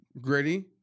gritty